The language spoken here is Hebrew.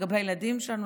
לגבי הילדים שלנו,